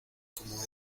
como